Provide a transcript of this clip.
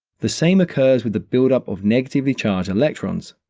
the same occurs with the build-up of negatively charged electrons.